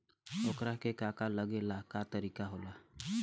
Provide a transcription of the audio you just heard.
ओकरा के का का लागे ला का तरीका होला?